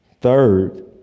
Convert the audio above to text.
Third